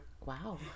Wow